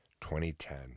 2010